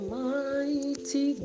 mighty